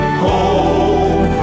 home